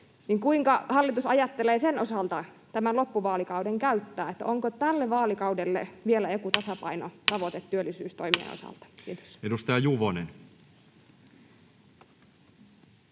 kuinka hallitus ajattelee sen osalta tämän loppuvaalikauden käyttää: onko tälle vaalikaudelle vielä joku tasapainotavoite työllisyystoimien osalta? — Kiitos. [Speech